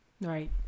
Right